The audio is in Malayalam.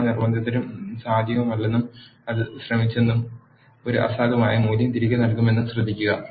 എല്ലാ നിർബന്ധിതരും സാധ്യമല്ലെന്നും അത് ശ്രമിച്ചതും ഒരു അസാധുവായ മൂല്യം തിരികെ നൽകുമെന്നും ശ്രദ്ധിക്കുക